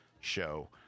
show